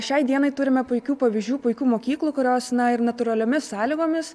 šiai dienai turime puikių pavyzdžių puikių mokyklų kurios na ir natūraliomis sąlygomis